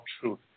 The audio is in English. truth